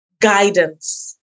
guidance